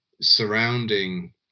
surrounding